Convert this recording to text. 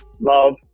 Love